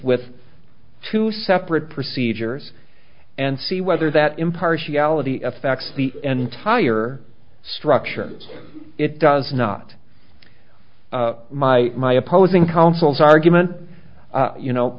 with two separate procedures and see whether that impartiality affects the entire structure it does not my my opposing counsel's argument you know